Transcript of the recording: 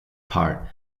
part